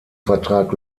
vertrag